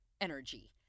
energy